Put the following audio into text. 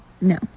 No